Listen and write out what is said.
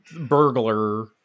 burglar